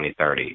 2030